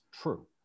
true